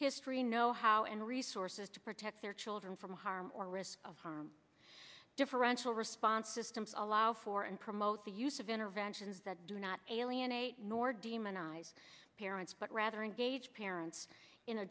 history know how and resources to protect their children from harm or risk of harm differential response systems allow for and promote the use of interventions that do not alienate nor demonize parents but rather engage parents